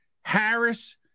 Harris